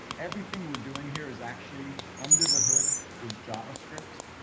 everything we're doing here is actually under the hood is javascript.